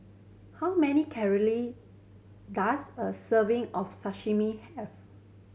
how many calorie does a serving of Sashimi have